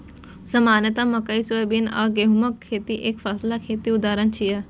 सामान्यतः मकइ, सोयाबीन आ गहूमक खेती एकफसला खेतीक उदाहरण छियै